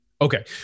okay